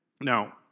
Now